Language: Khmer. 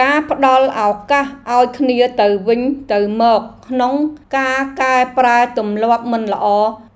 ការផ្តល់ឱកាសឱ្យគ្នាទៅវិញទៅមកក្នុងការកែប្រែទម្លាប់មិនល្អ